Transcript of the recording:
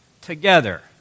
together